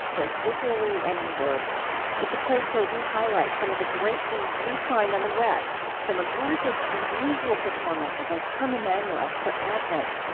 both visually and in word it's a place where we highlight some of the great things we found on the web from a gorgeous unusual performance of o come, emmanuel for advent,